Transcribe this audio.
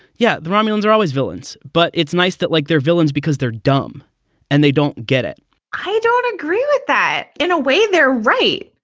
yeah, the romulans are always villains, but it's nice that like they're villains because they're dumb and they don't get it i don't agree with that in a way, they're right,